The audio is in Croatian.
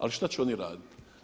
Ali što će oni raditi?